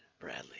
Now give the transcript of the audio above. Bradley